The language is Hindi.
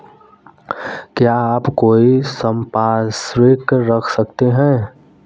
क्या आप कोई संपार्श्विक रख सकते हैं?